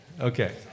okay